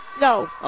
No